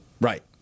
Right